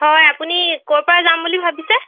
হয় আপুনি ক'ৰ পৰা যাম বুলি ভাবিছে